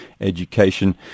Education